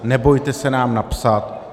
Nebojte se nám napsat.